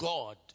God